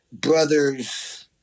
brother's